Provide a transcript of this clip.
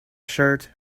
shirt